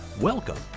Welcome